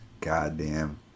goddamn